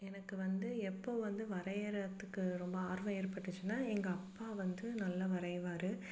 எனக்கு வந்து எப்போது வந்து வரையிறத்துக்கு ரொம்ப ஆர்வம் ஏற்பட்டுச்சின்னா எங்கள் அப்பா வந்து நல்லா வரைவார்